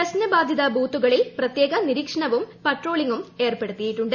പ്രപ്ർ്ന ബാധിത ബൂത്തുകളിൽ പ്രത്യേക നിരീക്ഷണവും പദ്രോളിംഗും ഏർപ്പെടുത്തിയിട്ടുണ്ട്